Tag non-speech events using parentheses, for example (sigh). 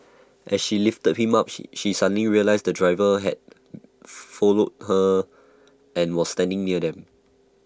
(noise) as she lifted him up she she suddenly realised the driver had (hesitation) followed her and was standing near them